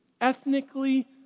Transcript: ethnically